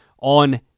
on